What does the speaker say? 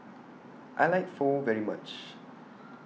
I like Pho very much